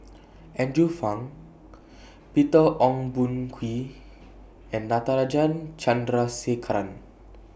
Andrew Phang Peter Ong Boon Kwee and Natarajan Chandrasekaran